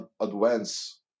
advance